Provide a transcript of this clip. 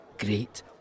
Great